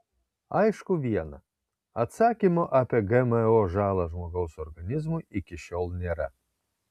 aišku viena atsakymo apie gmo žalą žmogaus organizmui iki šiol nėra